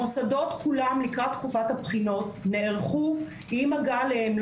המוסדות כולם לקראת תקופת הבחינות נערכו עם הגעה אליהם,